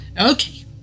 Okay